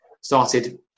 started